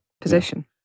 position